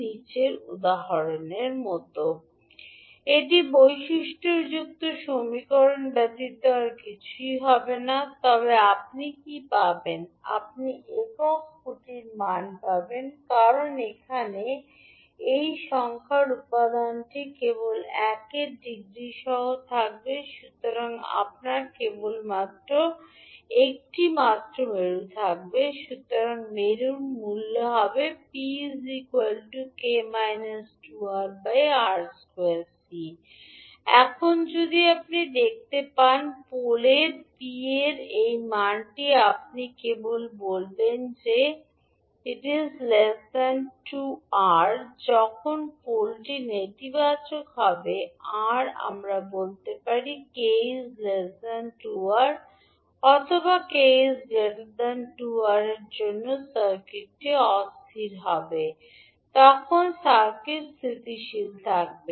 নির্ধারকের মান এটি বৈশিষ্ট্যযুক্ত সমীকরণ ব্যতীত আর কিছুই হবে না তবে আপনি কী পাবেন আপনি একক খুঁটির মান পাবেন কারণ এখানে এই সংখ্যার উপাদানটি কেবলমাত্র 1 এর ডিগ্রি সহ থাকবে সুতরাং আপনার কেবলমাত্র একটি মাত্র মেরু থাকবে সুতরাং মেরু মূল্য এখন আপনি যদি দেখতে পান পোলের P এর এই মানটি আপনি বলবেন যে le 2𝑅 যখন পোলটি নেতিবাচক হবে 𝑅 আমরা বলতে পারি যে k2𝑅 অন্যথায় 𝑘 2𝑅 এর জন্য সার্কিটটি অস্থির হবে তখন সার্কিট স্থিতিশীল থাকবে